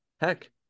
heck